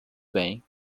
bem